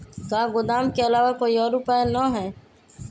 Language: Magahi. का गोदाम के आलावा कोई और उपाय न ह?